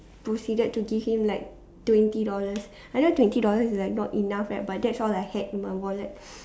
proceeded to give him like twenty dollars I know twenty dollars is like not enough right but that's all I had in my wallet